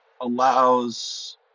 allows